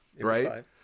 right